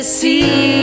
see